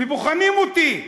ובוחנים אותי,